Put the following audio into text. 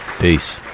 peace